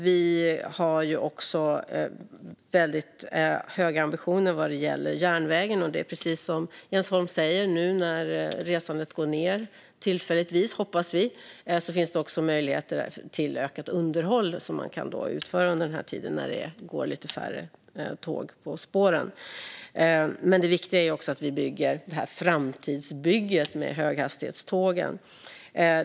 Vi har också väldigt höga ambitioner vad gäller järnvägen. Precis som Jens Holm säger finns det nu när tågresandet har gått ned, tillfälligt hoppas vi, möjligheter att utföra ökat underhåll under den tid det går lite färre tåg på spåren. Men det viktiga är framtidsbygget med höghastighetstågen.